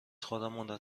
خودم